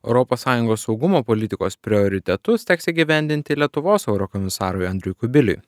europos sąjungos saugumo politikos prioritetus teks įgyvendinti lietuvos eurokomisarui andriui kubiliui